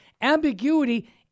Ambiguity